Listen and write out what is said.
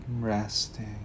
Resting